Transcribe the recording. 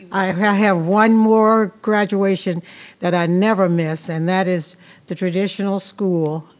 i have one more graduation that i never miss and that is the traditional school